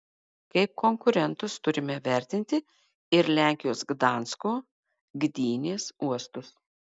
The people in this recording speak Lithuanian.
kaip konkurentus turime vertinti ir lenkijos gdansko gdynės uostus